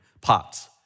pots